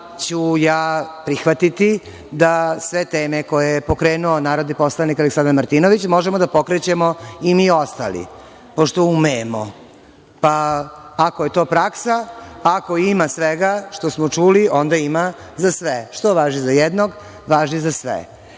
ću ja prihvatiti da sve teme koje je pokrenuo narodni poslanik Aleksandar Martinović možemo da pokrećemo i mi ostali, pošto umemo. Ako je to praksa, ako ima svega što smo čuli, onda ima za sve. Što važi za jednog, važi za